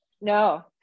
No